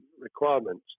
requirements